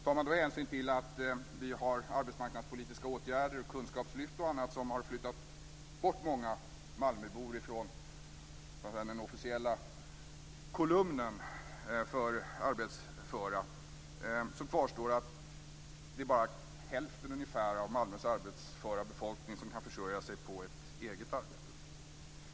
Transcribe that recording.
Om man tar hänsyn till att vi har arbetsmarknadspolitiska åtgärder, kunskapslyft och annat som har flyttat bort många malmöbor från den officiella kolumnen för arbetsföra, återstår ungefär hälften av Malmös arbetsföra befolkning som kan försörja sig på eget arbete.